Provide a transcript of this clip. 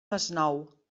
masnou